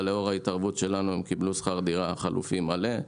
אבל לאור ההתערבות שלנו הם קיבלו שכר דירה חלופי מלא.